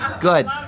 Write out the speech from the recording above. Good